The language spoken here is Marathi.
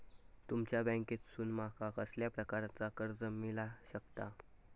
तुमच्या बँकेसून माका कसल्या प्रकारचा कर्ज मिला शकता?